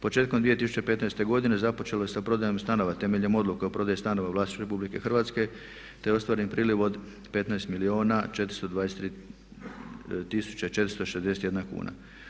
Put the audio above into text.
Početkom 2015. godine započelo je sa prodajom stanova temeljem odluke o prodaji stanova u vlasništvu RH te je ostvaren priljev od 15 milijuna 423 tisuće 461 kuna.